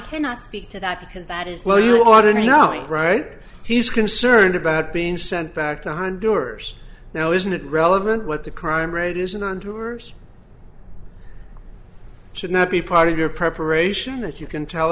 cannot speak to that because that is low you ought to know right he's concerned about being sent back to honduras now isn't it relevant what the crime rate isn't and worse should not be part of your preparation that you can tell